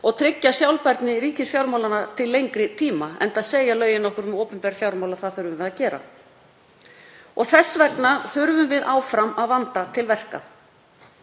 og tryggja sjálfbærni ríkisfjármálanna til lengri tíma, enda segja lög um opinber fjármál að það þurfum við að gera. Þess vegna þurfum við áfram að vanda til verka.